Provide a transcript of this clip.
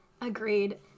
Agreed